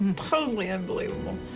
and totally unbelievable.